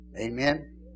Amen